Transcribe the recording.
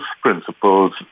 principles